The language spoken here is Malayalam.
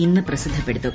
ഇന്ന് പ്രസിദ്ധപ്പെടുത്തും